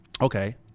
okay